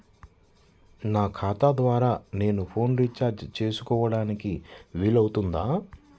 నా ఖాతా ద్వారా నేను ఫోన్ రీఛార్జ్ చేసుకోవడానికి వీలు అవుతుందా?